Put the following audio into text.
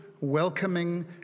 welcoming